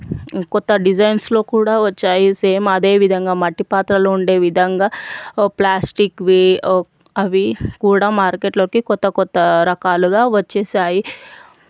కొత్త డిజైన్స్లో కూడా వచ్చాయి సేమ్ అదే విధంగా మట్టి పాత్రలో ఉండే విధంగా ప్లాస్టిక్వి అవి కూడా మార్కెట్లోకి క్రొత్త క్రొత్త రకాలుగా వచ్చేసాయి